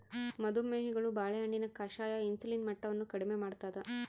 ಮದು ಮೇಹಿಗಳು ಬಾಳೆಹಣ್ಣಿನ ಕಷಾಯ ಇನ್ಸುಲಿನ್ ಮಟ್ಟವನ್ನು ಕಡಿಮೆ ಮಾಡ್ತಾದ